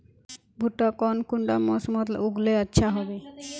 भुट्टा कौन कुंडा मोसमोत लगले अच्छा होबे?